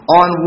on